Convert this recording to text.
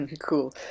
Cool